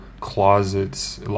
closets